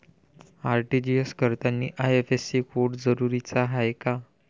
RTGS करतांनी IFSC code जरुरीचा हाय का?